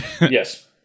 Yes